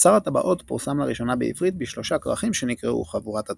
"שר הטבעות" פורסם לראשונה בעברית בשלושה כרכים שנקראו "חבורת הטבעת",